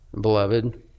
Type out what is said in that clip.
Beloved